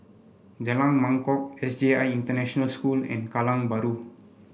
Jalan Mangkok S J I International School and Kallang Bahru